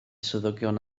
swyddogion